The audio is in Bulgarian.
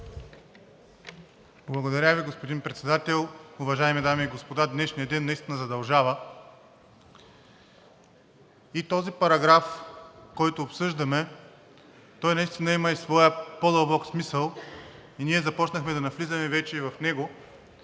Благодаря Ви, господин Председател. Уважаеми дами и господа, днешният ден наистина задължава и този параграф, който обсъждаме, той наистина има и своя по-дълбок смисъл и ние започнахме да навлизаме вече в него.